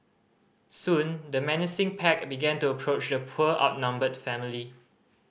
soon the menacing pack began to approach the poor outnumbered family